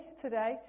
today